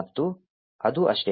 ಮತ್ತು ಅದು ಅಷ್ಟೆ